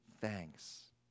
thanks